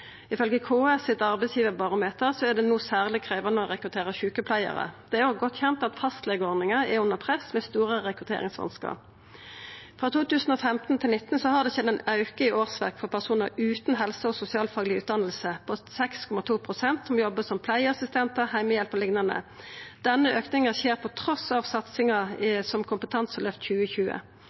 er det no særleg krevjande å rekruttera sjukepleiarar. Det er òg godt kjent at fastlegeordninga er under press med store rekrutteringsvanskar. Frå 2015 til 2019 har det skjedd ein auke på 6,2 pst. i årsverk for personar utan helse- og sosialfagleg utdanning som jobbar som pleieassistentar, heimehjelp og liknande. Denne auken skjer på tross av satsingar som Kompetanseløft 2020.